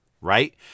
right